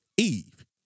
Eve